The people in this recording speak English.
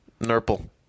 Nurple